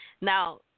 Now